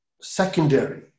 secondary